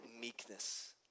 meekness